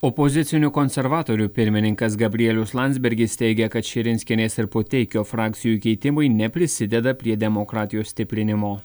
opozicinių konservatorių pirmininkas gabrielius landsbergis teigia kad širinskienės ir puteikio frakcijų keitimai neprisideda prie demokratijos stiprinimo